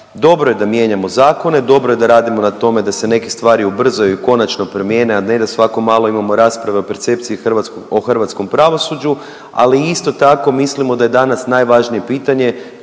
dobro je da mijenjamo zakone, dobro je da radimo na tome da se neke stvari ubrzaju i konačno promijene, a ne da svako malo imamo rasprave o percepciji o hrvatskom pravosuđu, ali isto tako mislimo da je danas najvažnije pitanje